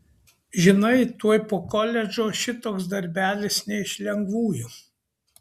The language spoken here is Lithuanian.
žinai tuoj po koledžo šitoks darbelis ne iš lengvųjų